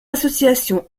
associations